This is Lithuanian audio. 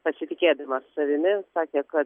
pasitikėdamas savimi sakė kad